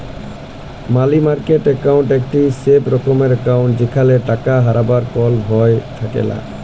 মালি market account একটি safe রকমের account যেখালে টাকা হারাবার কল ভয় থাকেলা